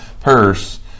purse